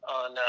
on